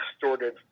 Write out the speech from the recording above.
distorted